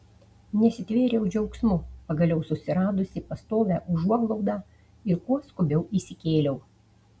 nesitvėriau džiaugsmu pagaliau susiradusi pastovią užuoglaudą ir kuo skubiau įsikėliau